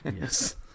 yes